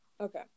Okay